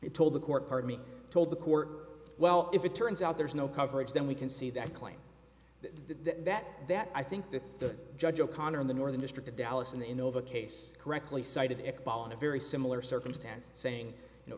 it told the court heard me told the court well if it turns out there's no coverage then we can see that claim that that that i think that the judge o'connor in the northern district of dallas in the innova case correctly cited equality very similar circumstance saying you know